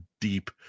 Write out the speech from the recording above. deep